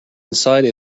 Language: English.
inside